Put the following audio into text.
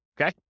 Okay